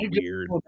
weird